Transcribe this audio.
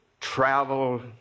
travel